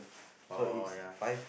oh ya